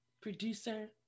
producer